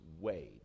Wade